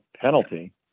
penalty